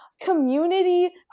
community